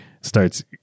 starts